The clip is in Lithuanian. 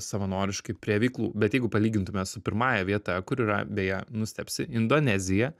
savanoriškai prie veiklų bet jeigu palygintume su pirmąja vieta kur yra beje nustebsi indonezija